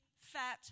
fat